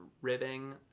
ribbing